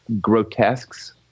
grotesques